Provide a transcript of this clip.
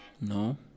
No